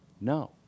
No